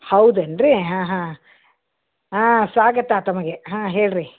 ಹೌದೇನು ರೀ ಹಾಂ ಹಾಂ ಆಂ ಸ್ವಾಗತ ತಮಗೆ ಹಾಂ ಹೇಳಿರಿ